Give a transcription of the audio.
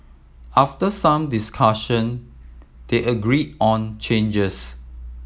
after some discussion they agreed on changes